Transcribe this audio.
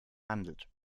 handelt